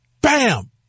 Bam